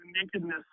nakedness